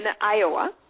Iowa